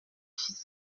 fils